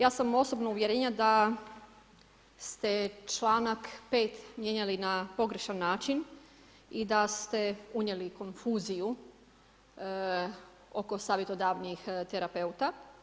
Ja sam osobnog uvjerenja da sam članak 5 mijenjali na pogrešan način i da ste unijeli konfuziju oko savjetodavnih terapeuta.